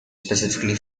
specifically